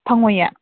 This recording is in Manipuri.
ꯐꯪꯉꯣꯏꯌꯦ